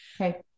Okay